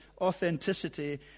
authenticity